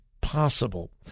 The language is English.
possible